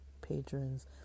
patrons